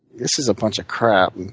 this is a bunch of crap.